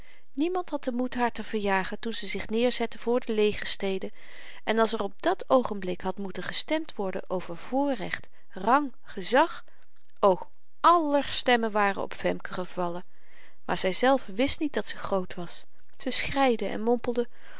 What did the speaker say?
niemand had den moed haar te verjagen toen ze zich neêrzette voor de legerstede en als er op dat oogenblik had moeten gestemd worden over voorrecht rang gezag o aller stemmen waren op femke gevallen maar zyzelve wist niet dat ze groot was ze schreide en mompelde